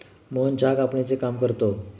मोहन चहा कापणीचे काम करतो